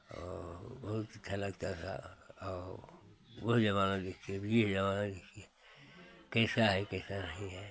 और बहुत अच्छा लगता था और वो ज़माना देखिए ये ज़माना देखिए कैसा है कैसा नहीं है